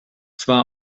zwar